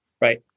right